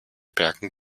bergen